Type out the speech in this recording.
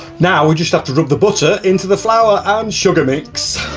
now we just have to rub the butter into the flour and sugar mix.